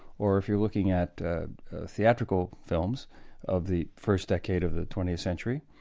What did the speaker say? or if you're looking at theatrical films of the first decade of the twentieth century,